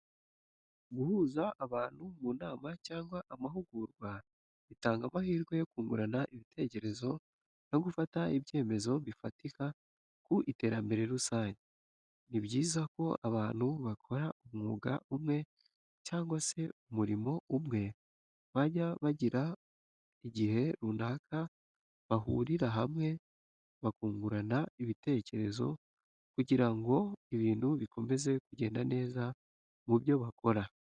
Guhuza abantu mu nama cyangwa amahugurwa bitanga amahirwe yo kungurana ibitekerezo no gufata ibyemezo bifatika ku iterambere rusange. Ni byiza ko abantu bakora umwuga umwe cyangwa se umurimo umwe bajya bagira igihe runaka bahurira hamwe bakungurana ibitekerezo kugira ngo ibintu bikomeze kugenda neza mu byo bakora.